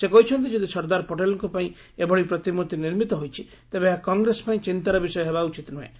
ସେ କହିଛନ୍ତି ଯଦି ସର୍ଦ୍ଦାର ପଟେଲ୍ଙ୍କ ପାଇଁ ଏଭଳି ପ୍ରତିମୂର୍ତ୍ତି ନିର୍ମିତ ହୋଇଛି ତେବେ ଏହା କଂଗ୍ରେସ ପାଇଁ ଚିନ୍ତାର ବିଷୟ ହେବା ଉଚିତ ନୁହେଁ